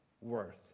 worth